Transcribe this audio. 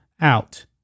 out